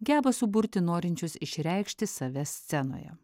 geba suburti norinčius išreikšti save scenoje